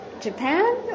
Japan